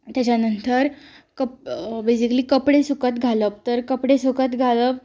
तेज्या नंतर बेसिकली कपडे सुकत घालप तर कपडे सुकत घालप